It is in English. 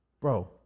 Bro